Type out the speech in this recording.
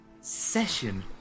session